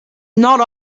not